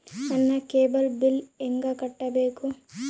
ನನ್ನ cable bill ಹೆಂಗ ಕಟ್ಟಬೇಕು?